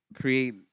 create